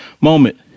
moment